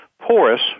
porous